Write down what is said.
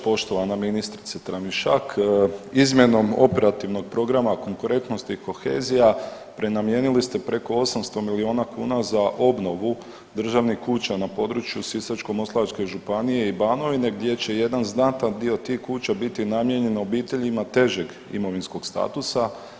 Poštovana ministrice Tramišak, izmjenom operativnog programa konkurentnost i kohezija prenamijenili ste preko 800 miliona kuna za obnovu državnih kuća na području Sisačko-moslavačke županije i Banovine gdje će jedan znatan dio tih kuća biti namijenjen obiteljima težeg imovinskog statusa.